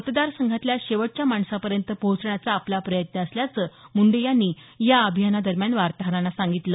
मतदार संघातल्या शेवटच्या माणसापर्यंत आपला पोहोचण्याचा प्रयत्न असल्याचं मुंडे यांनी या अभियाना दरम्यान वार्ताहरांना सांगितलं